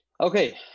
Okay